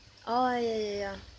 oh ya ya ya